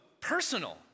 personal